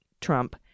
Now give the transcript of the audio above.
Trump